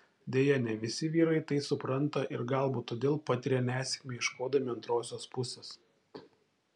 deja ne visi vyrai tai supranta ir galbūt todėl patiria nesėkmę ieškodami antrosios pusės